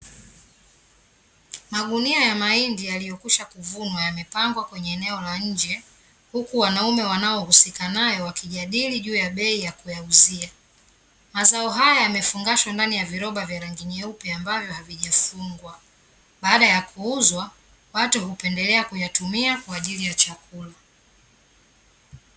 Magunia ya mahindi yaliyokwisha kuvunwa yamepangwa kwenye eneo la nje, huku wanaume wanaohusika nayo wakijadili juu ya bei ya kuwauzia. Mazao haya yamefungashwa ndani ya viroba vya rangi nyeupe, ambayo havijafungwa. Baada ya kuuzwa, watu hupendelea kuyatumia kwa ajili ya chakula.